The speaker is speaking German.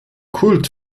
kult